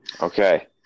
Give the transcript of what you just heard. okay